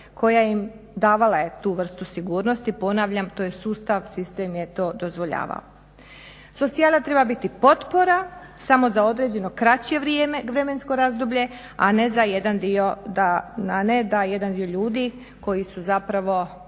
koja im je davala tu vrstu sigurnosti. Ponavljam to je sustav, sistem je to dozvoljavao. Socijala treba biti potpora samo za određeno kraće vrijeme, vremensko razdoblje, a ne za jedan dio da, a ne da